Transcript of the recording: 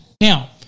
Now